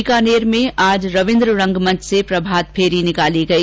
बीकानेर में आज रवीन्द्र रंगमंच से प्रभात फेरी निकाली गई